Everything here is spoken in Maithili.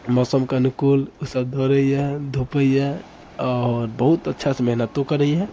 मौसम कऽ अनुकूल ओसब दौड़ैए धुपैए आओर बहुत अच्छासँ मेहनतो करैए